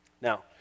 Now